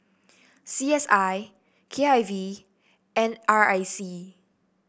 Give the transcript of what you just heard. C S I K I V N R I C